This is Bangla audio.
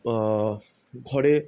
ঘরে